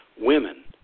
Women